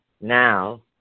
Now